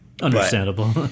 understandable